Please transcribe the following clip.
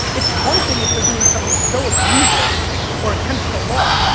it's one thing if they're doing something so egregious or against the law,